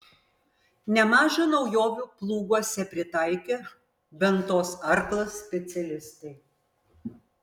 nemaža naujovių plūguose pritaikė ventos arklas specialistai